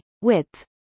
width